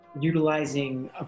Utilizing